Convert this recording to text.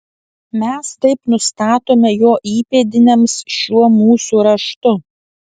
mes taip nustatome jo įpėdiniams šiuo mūsų raštu